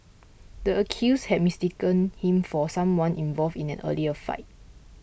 the accused had mistaken him for someone involved in an earlier fight